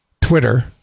Twitter